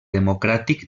democràtic